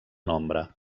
nombre